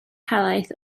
helaeth